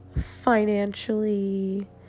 financially